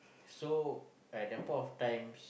so at the point of time